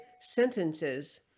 sentences